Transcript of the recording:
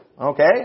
okay